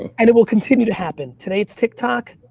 and it will continue to happen. today it's tiktok,